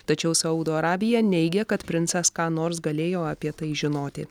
tačiau saudo arabija neigia kad princas ką nors galėjo apie tai žinoti